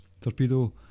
torpedo